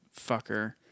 fucker